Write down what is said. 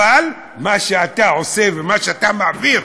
אבל מה שאתה עושה ומה שאתה מעביר,